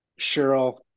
Cheryl